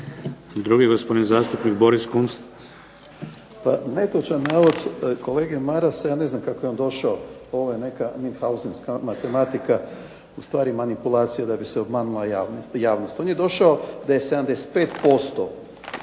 Drugi, gospodin zastupnik Boris Kunst.